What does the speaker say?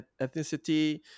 ethnicity